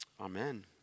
Amen